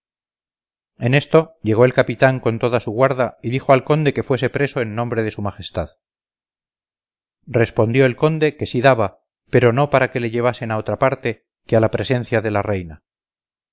en esto llegó el capitán con toda su guarda y dijo al conde que fuese preso en nombre de su majestad respondió el conde que sí daba pero no para que le llevasen a otra parte que a la presencia de la reina